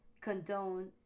condone